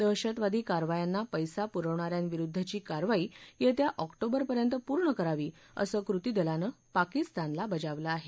दहशतवादी कारवायांना पैसा पुरवणा यांविरुद्धची कारवाई येत्या ऑक्टोबरपर्यंत पूर्ण करावी असं कृती दलानं पाकिस्तानला बजावलं आहे